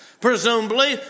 Presumably